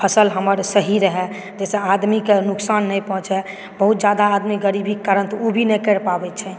फसल हमर सही रहय जाहिसँ आदमीके नुकसान नहि पहुँचै बहुत जादा आदमी गरीबीके कारण ओ भी नहि कर पाबै छै